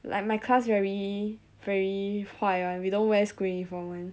like my class very very 坏 [one] we don't wear school uniform [one]